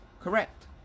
correct